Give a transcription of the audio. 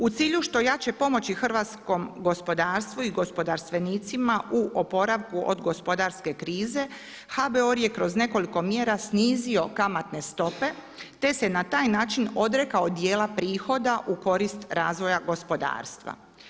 U cilju što jače pomoći hrvatskom gospodarstvu i gospodarstvenicima u oporavku od gospodarske krize HBOR je kroz nekoliko mjera snizio kamatne stope te se na taj način odrekao djela prihoda u korist razvoja gospodarstva.